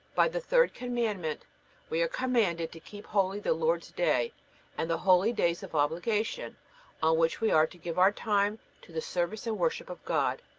by the third commandment we are commanded to keep holy the lord's day and the holydays of obligation, on which we are to give our time to the service and worship of god.